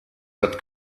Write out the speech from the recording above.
that